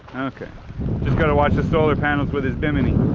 okay just gotta watch the solar panels with his bimini